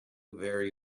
very